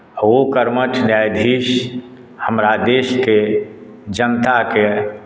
ओ कर्मठ न्यायाधीश हमरा देशके जनताके